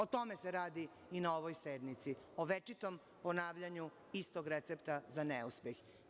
O tome se radi i na ovoj sednici, o večitom ponavljanju istog recepta za neuspeh.